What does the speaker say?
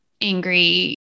angry